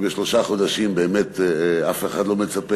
כי בשלושה חודשים באמת אף אחד לא מצפה,